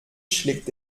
schlägt